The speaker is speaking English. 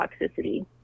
toxicity